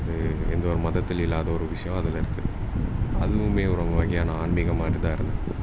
அது எந்த ஒரு மதத்தில் இல்லாத ஒரு விஷயம் அதில் இருக்குது அதுவுமே ஒரு வகையான ஆன்மீகம் மாதிரிதான் இருந்தது